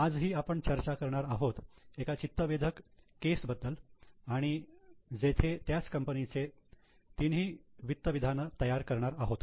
आजही आपण चर्चा करणार आहोत एका चित्तवेधक केस बद्दल आणि जेथे त्याच कंपनीचे तिन्ही वित्त विधान तयार करणार आहोत